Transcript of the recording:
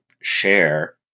share